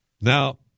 Now